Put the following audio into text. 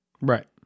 Right